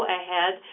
ahead